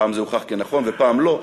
פעם זה הוכח כנכון ופעם לא,